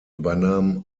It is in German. übernahm